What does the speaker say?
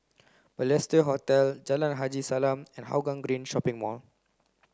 Balestier Hotel Jalan Haji Salam and Hougang Green Shopping Mall